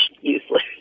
useless